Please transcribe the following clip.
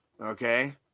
okay